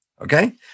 okay